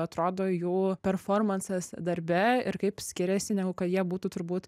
atrodo jų performansas darbe ir kaip skiriasi negu kad jie būtų turbūt